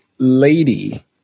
lady